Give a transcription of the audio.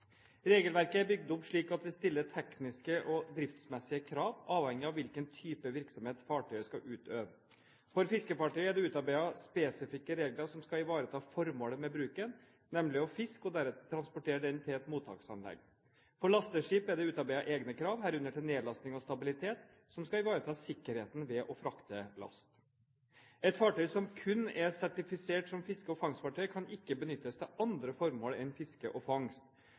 Regelverket er bygd opp slik at det stiller tekniske og driftsmessige krav, avhengig av hvilken type virksomhet fartøyet skal utøve. For fiskefartøy er det utarbeidet spesifikke regler som skal ivareta formålet med bruken, nemlig å fiske og deretter transportere denne til et mottaksanlegg. For lasteskip er det utarbeidet egne krav, herunder til nedlasting og stabilitet, som skal ivareta sikkerheten ved å frakte last. Et fartøy som kun er sertifisert som fiske- og fangstfartøy, kan ikke benyttes til andre formål enn fiske og fangst.